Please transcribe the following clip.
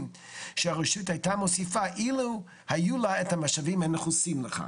שהרשות הייתה מוסיפה אילו היו לה את המשאבים הנחוצים לכך.